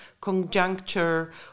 conjuncture